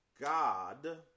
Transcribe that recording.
God